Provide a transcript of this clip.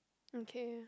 okay